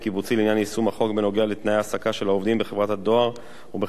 לעניין יישום החוק בנוגע לתנאי ההעסקה של עובדים בחברת הדואר ובחברה הבת,